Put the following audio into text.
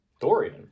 Dorian